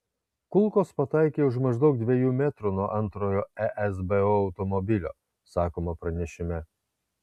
kulkos pataikė už maždaug dviejų metrų nuo antrojo esbo automobilio sakoma pranešime